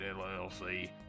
llc